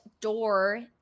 door